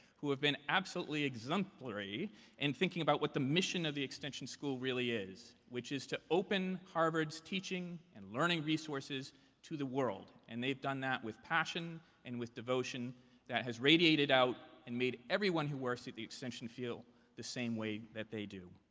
who have been absolutely exemplary in thinking about what the mission of the extension school really is, which is to open harvard's teaching and learning resources to the world. and they've done that with passion and with devotion that has radiated out and made everyone who works at the extension feel the same way that they do.